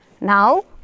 Now